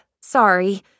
sorry